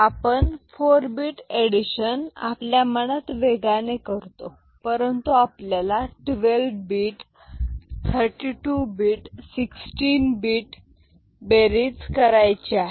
आपण 4 bit addition आपल्या मनात वेगाने करतो परंतु आपल्याला 12 bit 32bit 16 bit बेरीज करायची आहे